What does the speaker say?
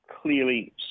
clearly